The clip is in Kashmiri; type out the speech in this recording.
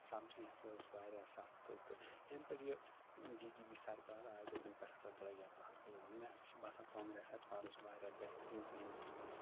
سبزی ہسا أسۍ واریاہ سَستہٕ تہٕ یَنہٕ پٮ۪ٹھ یہِ بی جے پی سرکار آیہِ تہٕ تَنہٕ پٮ۪ٹھ ہسا درٛوگیاو پرٛیٚتھ کُنہِ منٛز مےٚ ہسا چھُ باسان کانٛگریٚس سرکار ٲس واریاہ بہتریٖن تہٕ ییٚمہِ کِنۍ اسہِ